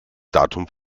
datum